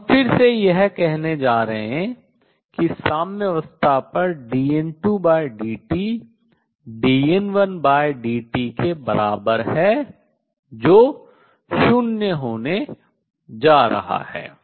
तो हम फिर से यह कहने जा रहे हैं कि साम्यावस्था पर dN2dt dN1dt के बराबर है जो शून्य होने जा रहा है